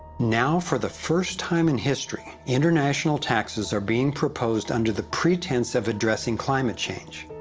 now for the first time in history, international taxes are being proposed under the pretense of addressing climate change.